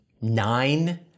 nine